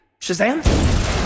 Shazam